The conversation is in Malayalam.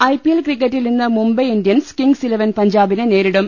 ഐപിഎൽ ക്രിക്കറ്റിൽ ഇന്ന് Mumbai Indians kings eleven പഞ്ചാബിനെ നേരിടും